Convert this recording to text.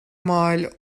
mill